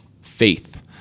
faith